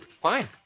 Fine